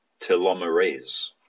telomerase